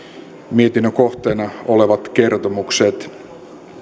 mietinnön kohteena olevat kertomukset